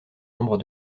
nombre